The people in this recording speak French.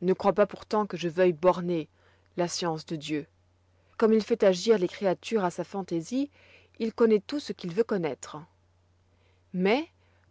ne crois pas pourtant que je veuille borner la science de dieu comme il fait agir les créatures à sa fantaisie il connoît tout ce qu'il veut connoître mais